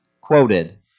quoted